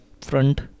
front